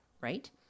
right